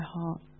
heart